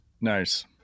Nice